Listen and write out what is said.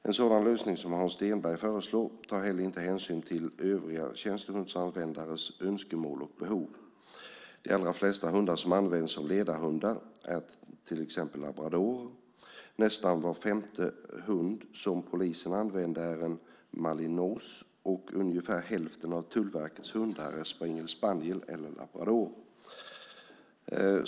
En sådan lösning som Hans Stenberg föreslår tar heller inte hänsyn till övriga tjänstehundsanvändares önskemål och behov. De allra flesta hundar som används som ledarhundar är till exempel labradorer. Nästan var femte hund som polisen använder är en malinois, och ungefär hälften av Tullverkets hundar är springer spaniels och labradorer.